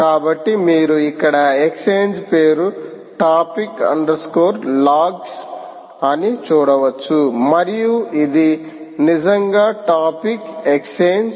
కాబట్టి మీరు ఇక్కడ ఎక్స్ఛేంజ్ పేరు టాపిక్ అండర్ స్కోర్ లాగ్స్ అని చూడవచ్చు మరియు ఇది నిజంగా టాపిక్ ఎక్స్ఛేంజ్